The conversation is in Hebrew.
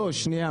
לא שנייה,